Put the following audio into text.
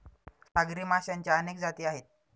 सागरी माशांच्या अनेक जाती आहेत